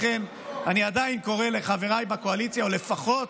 לכן אני עדיין קורא לחבריי בקואליציה, או לפחות